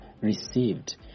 received